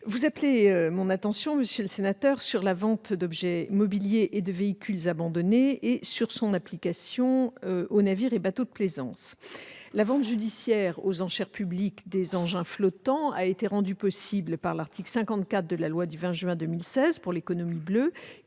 Vous appelez mon attention sur la vente d'objets mobiliers et de véhicules abandonnés et sur son application aux navires et bateaux de plaisance. La vente judiciaire aux enchères publiques des engins flottants a été rendue possible par l'article 54 de la loi du 20 juin 2016 pour l'économie bleue,